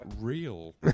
real